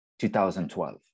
2012